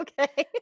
Okay